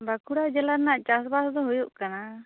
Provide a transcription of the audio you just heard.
ᱵᱟᱠᱩᱲᱟ ᱡᱮᱞᱟ ᱨᱮᱱᱟᱜ ᱪᱟᱥ ᱵᱟᱥ ᱫᱚ ᱦᱩᱭᱩᱜ ᱠᱟᱱᱟ